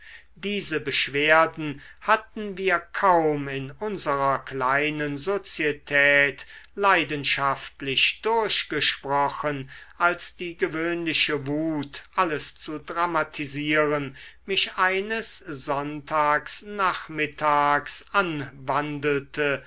diese beschwerden hatten wir kaum in unserer kleinen sozietät leidenschaftlich durchgesprochen als die gewöhnliche wut alles zu dramatisieren mich eines sonntags nachmittags anwandelte